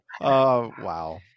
Wow